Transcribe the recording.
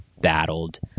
battled